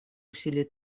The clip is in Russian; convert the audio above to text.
усилий